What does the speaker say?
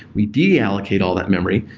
we de-allocate all that memory.